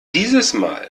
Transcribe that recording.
diesmal